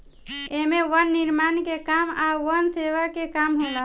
एमे वन निर्माण के काम आ वन सेवा के काम होला